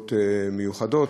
מסיבות מיוחדות,